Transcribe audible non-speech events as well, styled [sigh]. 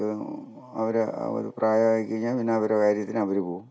[unintelligible] അവർ പ്രയമായി കഴിഞ്ഞാൽ പിന്നെ അവരെ കാര്യത്തിന് അവർ പോകും